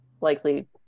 likely